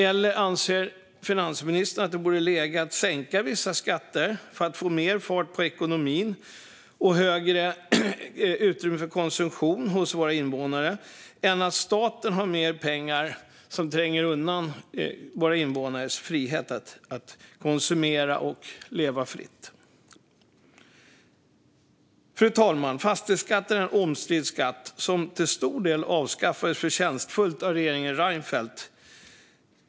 Eller anser finansministern att det vore läge att sänka vissa skatter för att få mer fart på ekonomin och större utrymme för konsumtion hos våra invånare i stället för att staten tar mer pengar och minskar invånarnas frihet att konsumera och leva fritt? Fru talman! Fastighetsskatten är en omstridd skatt som till stor del förtjänstfullt avskaffades av regeringen Reinfeldt.